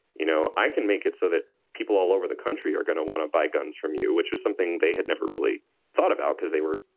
you know, i can make it so that people all over the country are going to want to buy guns from you, which is something they had never really thought about because they were,